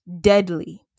Deadly